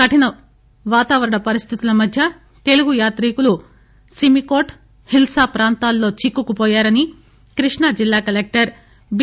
కరిన వాతావరణ పరిస్థితుల మధ్య తెలుగు యాత్రికులు సిమికోట్ హిల్పా ప్రాంతాల్లో చిక్కుకుపోయారని కృష్ణా జిల్లా కలెక్టర్ బి